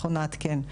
אנחנו נעדכן.